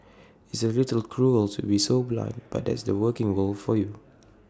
it's A little cruel to be so blunt but that's the working world for you